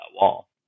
wall